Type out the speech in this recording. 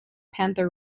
panther